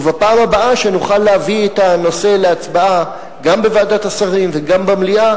ובפעם הבאה שנוכל להביא את הנושא להצבעה גם בוועדת השרים וגם במליאה,